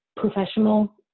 professional